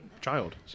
child